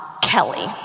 Kelly